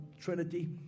trinity